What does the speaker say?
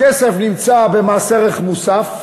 הכסף נמצא במס ערך מוסף,